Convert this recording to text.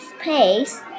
space